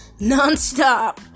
nonstop